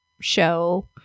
show